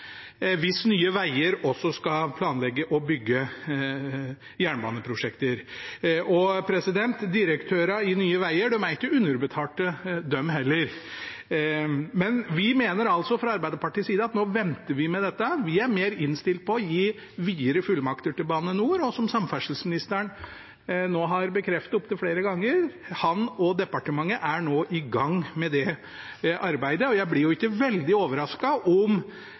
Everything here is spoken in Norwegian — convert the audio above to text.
hvis Nye Veier også skal planlegge og bygge jernbaneprosjekter. Direktørene i Nye Veier er ikke underbetalt de heller. Fra Arbeiderpartiets side mener vi at vi nå venter med dette. Vi er mer innstilt på å gi videre fullmakter til Bane NOR. Som samferdselsministeren har bekreftet opptil flere ganger, er han og departementet nå i gang med det arbeidet. Jeg blir ikke veldig overrasket om